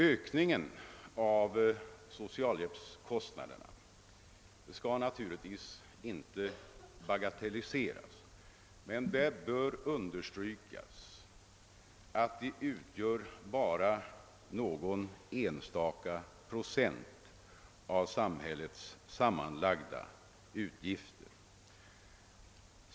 Ökningen av kommunernas socialhjälpskostnader skall naturligtvis inte bagatelliseras, men det bör understrykas att de bara utgör någon enstaka procent av samhällets sammanlagda utgifter på området.